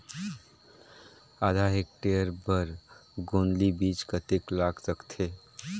आधा हेक्टेयर बर गोंदली बीच कतेक लाग सकथे?